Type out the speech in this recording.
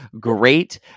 great